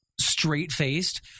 straight-faced